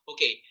Okay